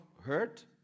hurt